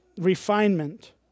refinement